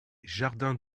jardin